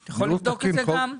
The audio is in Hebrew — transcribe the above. אתה יכול לבדוק את זה גם?